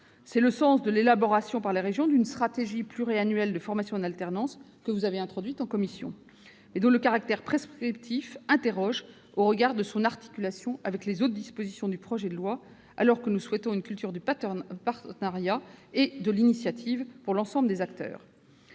aussi le sens de l'élaboration par les régions d'une stratégie pluriannuelle des formations en alternance, que vous avez introduite en commission, mais dont le caractère prescriptif pose question au regard de son articulation avec les autres dispositions du projet de loi, alors que nous souhaitons développer une culture du partenariat et de l'initiative chez tous les acteurs.